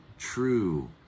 true